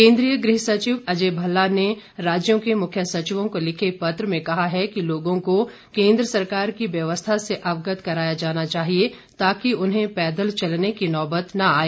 केन्द्रीय गृहसचिव अजय भल्ला ने राज्यों के मुख्य सचिवों को लिखे पत्र में कहा है कि लोगों को केन्द्र सरकार की व्यवस्था से अवगत कराया जाना चाहिए ताकि उन्हें पैदल चलने की नौबत न आए